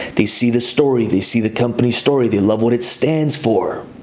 they see the story, they see the company story. they love what it stands for.